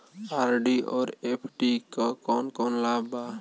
RD और FD क कौन कौन लाभ बा?